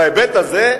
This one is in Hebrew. בהיבט הזה,